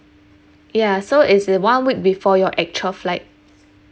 ya so it's a one week before your actual flight